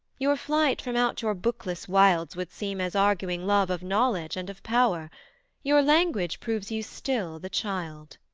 your flight from out your bookless wilds would seem as arguing love of knowledge and of power your language proves you still the child.